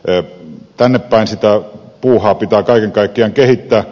tänne päin sitä puuhaa pitää kaiken kaikkiaan kehittää